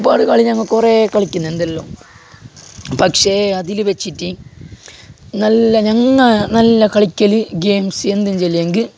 ചുറ്റുപാട് കളി ഞങ്ങൾ കളി കുറെ കളിക്കുന്നുണ്ടല്ലോ പക്ഷെ അതില് വെച്ചിട്ട് നല്ല ഞങ്ങൾ നല്ല കളിക്കല് ഗെയിംസ് എന്തെന്ന് ചൊല്ലിയെങ്കിൽ